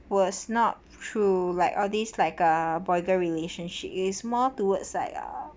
was not through like all these like a boy girl relationship is more towards like ah